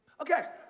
Okay